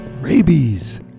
Rabies